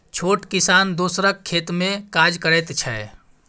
छोट किसान दोसरक खेत मे काज करैत छै